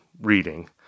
reading